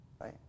Right